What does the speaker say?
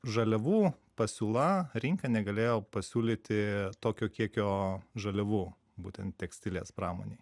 žaliavų pasiūla rinkai negalėjo pasiūlyti tokio kiekio žaliavų būtent tekstilės pramonėj